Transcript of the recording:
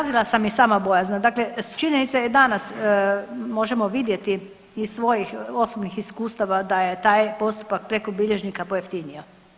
Izrazila sam i sama bojazan, dakle činjenica je danas možemo vidjeti iz svojih osobnih iskustava da je taj postupak preko bilježnika pojeftinio.